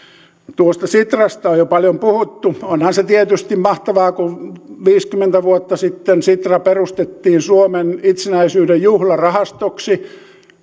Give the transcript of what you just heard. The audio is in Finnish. tuosta sitrasta on jo paljon puhuttu onhan se tietysti mahtavaa kun viisikymmentä vuotta sitten sitra perustettiin suomen itsenäisyyden juhlarahastoksi